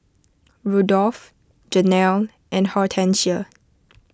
Rudolf Janell and Hortencia